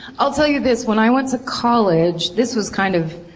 i'll tell you this. when i went to college. this was kind of.